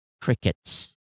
Crickets